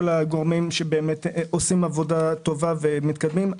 הגורמים שעושים עבודה טובה ומתקדמים.